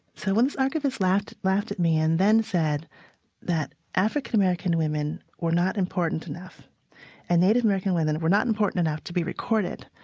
so once the archivist laughed laughed at me and then said that african-american women were not important enough and native american women were not important enough to be recorded,